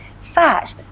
fat